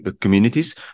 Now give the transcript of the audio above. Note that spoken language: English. communities